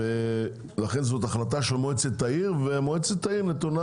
לכן זו החלטה של מועצת העיר ומועצת העיר נתונה